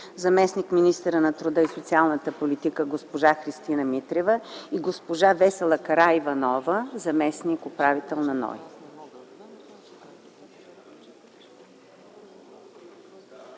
заместник-министърът на труда и социалната политика госпожа Христина Митрева и госпожа Весела Караиванова – заместник-управител на НОИ.